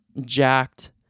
jacked